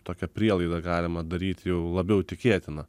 tokią prielaidą galima daryt jau labiau tikėtiną